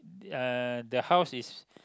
uh the house is